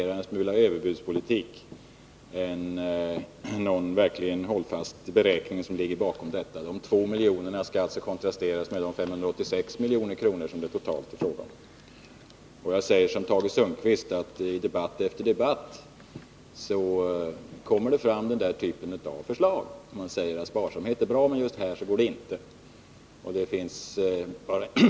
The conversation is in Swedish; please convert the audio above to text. Utan att vilja ironisera måste jag säga att man får en känsla av att det är fråga om att vilja göra en politisk markering — det är mera en smula överbudspolitik än någon hållfast beräkning som ligger bakom detta. Jag säger som Tage Sundkvist: I debatt efter debatt kommer den här typen av förslag. Man säger att sparsamhet är bra, men just här går det inte att spara.